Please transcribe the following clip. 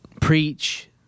preach